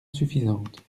suffisante